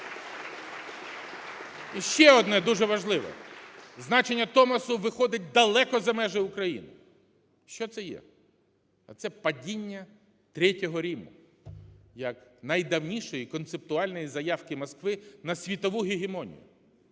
І ще одне дуже важливе: значення Томосу виходить далеко за межі України. Що це є? А це – падіння Третього Риму як найдавнішої концептуальної заявки Москви на світову гегемонію.